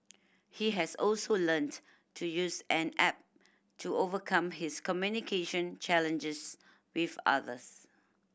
he has also learnt to use an app to overcome his communication challenges with others